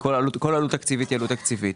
כל עלות תקציבית היא עלות תקציבית.